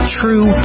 true